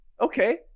Okay